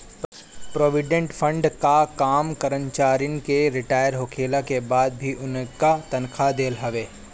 provident fund कअ काम करमचारिन के रिटायर होखला के बाद भी उनके तनखा देहल हवे